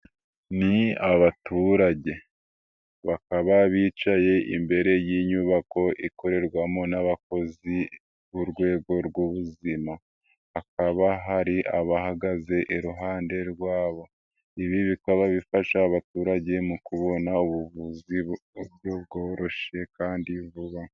Ni abaturage. Bakaba bicaye imbere y'inyubako ikorerwamo n'abakozi b'urwego rw'ubuzima. Hakaba hari abahagaze iruhande rwabo. Ibi bikaba bifasha abaturage mu kubona ubuvuzi mu buryo bworoshye kandi vuba.